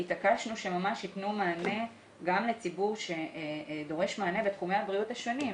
התעקשנו שממש ייתנו מענה גם לציבור שדורש מענה בתחומי הבריאות השונים.